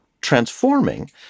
transforming